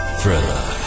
Thriller